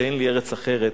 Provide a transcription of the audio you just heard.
ואין לי ארץ אחרת.